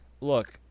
Look